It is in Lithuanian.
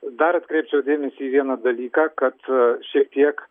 dar atkreipčiau dėmesį į vieną dalyką kad šiek tiek